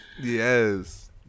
Yes